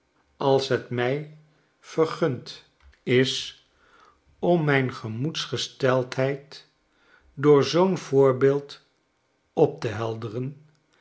als het mij vergund sohetsen uit amerika is om mijn gemoedsgesteldheid door zoo'n voorbeeld op te helderen